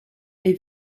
est